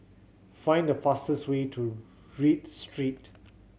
find the fastest way to Read Street